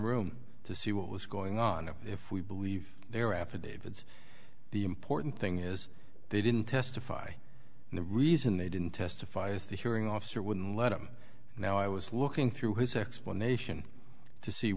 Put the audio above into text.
room to see what was going on and if we believe their affidavits the important thing is they didn't testify and the reason they didn't testify is the hearing officer wouldn't let him now i was looking through his explanation to see